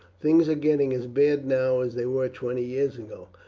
things are getting as bad now as they were twenty years ago.